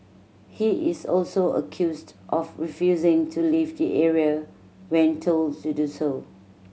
he is also accused of refusing to leave the area when told to do so